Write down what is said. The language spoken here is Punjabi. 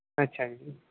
ਅੱਛਾ ਜੀ